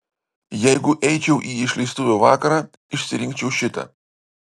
jeigu eičiau į išleistuvių vakarą išsirinkčiau šitą